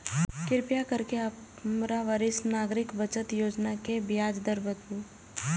कृपा करके हमरा वरिष्ठ नागरिक बचत योजना के ब्याज दर बताबू